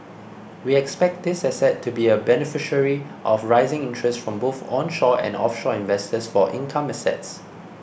we expect this asset to be a beneficiary of rising interests from both onshore and offshore investors for income assets